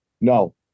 No